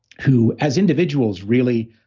who, as individuals really,